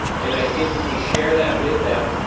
and i think we can share that with them,